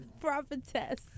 Prophetess